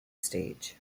stage